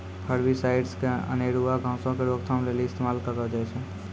herbicides अनेरुआ घासो के रोकथाम लेली इस्तेमाल करलो जाय छै